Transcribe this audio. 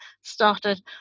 started